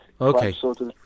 okay